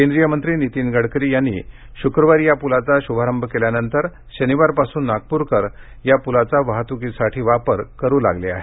केंद्रीय मंत्री नीतीन गडकरी यांनी शुक्रवारी या प्लाचा शुभारंभ केल्यानंतर शनिवारपासून नागप्रकर या प्लाचा वाहतुकीसाठी वापर करू लागले आहेत